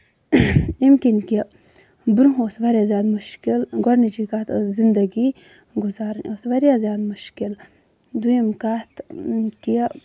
امہِ کِنۍ کہِ برونٛہہ اوس واریاہ زیادٕ مُشکِل گۄڈٕنِچی کَتھ ٲسۍ زِندگی گُزارٕنۍ ٲسۍ واریاہ زیادٕ مُشکِل دۄیِم کَتھ کہِ